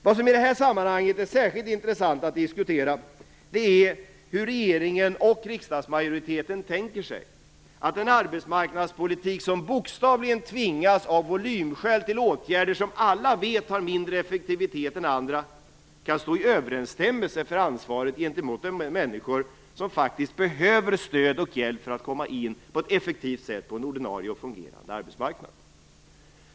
Vad som i det här sammanhanget är särskilt intressant att diskutera är hur regeringen och riksdagsmajoriteten tänker sig att den arbetsmarknadspolitik som av volymskäl bokstavligen tvingas till åtgärder som alla vet har mindre effektivitet än andra kan stå i överensstämmelse med ansvaret gentemot de människor som faktiskt behöver stöd och hjälp för att på ett effektivt sätt komma in på en ordinarie och fungerande arbetsmarknad.